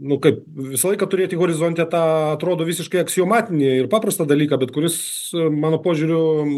nu kaip visą laiką turėti horizonte tą atrodo visiškai aksiomatinį ir paprastą dalyką bet kuris mano požiūriu